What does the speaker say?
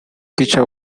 teacher